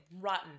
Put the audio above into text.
rotten